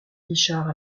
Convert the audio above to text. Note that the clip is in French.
guichard